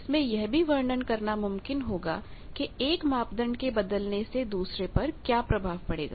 इसमें यह भी वर्णन करना मुमकिन होगा के एक मापदंड के बदलने से दूसरे पर क्या प्रभाव पड़ेगा